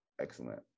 excellent